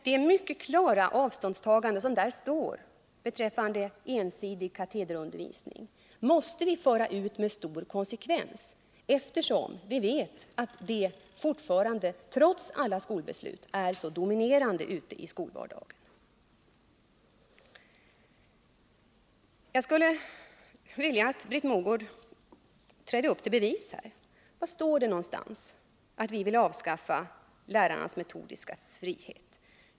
Det mycket klara avståndstagande som görs beträffande ensidig katederundervisning måste vi föra ut med stor konsekvens, eftersom vi vet att det fortfarande trots alla skolbeslut är så dominerande ute i skolvardagen. Jag skulle vilja att Britt Mogård trädde upp till bevis: Var står det att vi vill avskaffa lärarnas metodiska frihet?